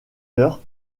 heure